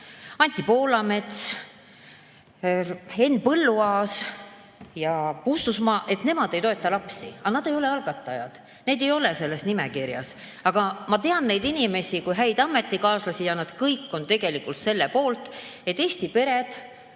Anti Poolamets, Henn Põlluaas ja Paul Puustusmaa ei toeta lapsi. Aga nemad ei ole algatajad, neid ei ole selles nimekirjas. Aga ma tean neid inimesi kui häid ametikaaslasi ja nad kõik on tegelikult selle poolt, et Eesti pered,